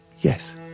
Yes